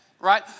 right